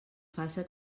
faça